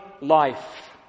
life